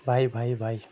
ভাই ভাই ভাই